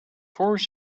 course